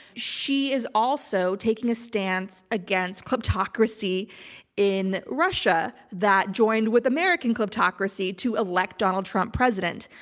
she is also taking a stance against kleptocracy in russia that joined with american kleptocracy to elect donald trump president.